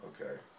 Okay